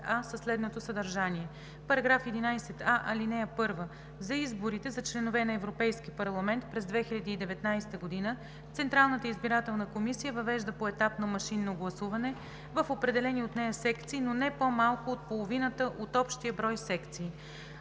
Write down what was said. със следното съдържание: „§11а (1) За изборите за членове на Европейски парламент през 2019 г. Централната избирателна комисия въвежда поетапно машинно гласуване в определени от нея секции, но не по-малко от половината от общия брой секции.